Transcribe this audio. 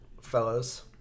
fellows